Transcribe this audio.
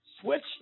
switch